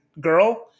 girl